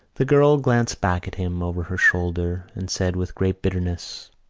the girl glanced back at him over her shoulder and said with great bitterness